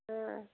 ہاں